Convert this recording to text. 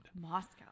Moscow